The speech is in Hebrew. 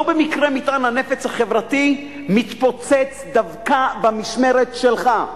לא במקרה מטען הנפץ החברתי מתפוצץ דווקא במשמרת שלך.